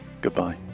goodbye